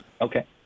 Okay